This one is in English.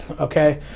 Okay